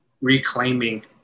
reclaiming